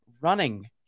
running